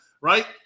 right